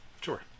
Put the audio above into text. Sure